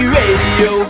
radio